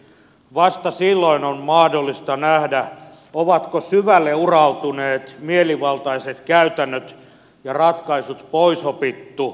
vasta silloin on mahdollista nähdä ovatko syvälle urautuneet mielivaltaiset käytännöt ja ratkaisut poisopittu vakuutusoikeudessa